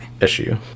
issue